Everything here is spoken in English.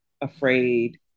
afraid